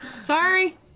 Sorry